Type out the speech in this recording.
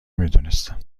میدونستم